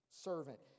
servant